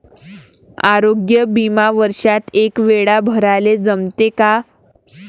आरोग्य बिमा वर्षात एकवेळा भराले जमते का?